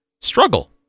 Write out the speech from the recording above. struggle